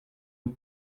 aux